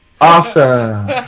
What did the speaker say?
Awesome